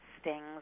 stings